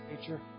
nature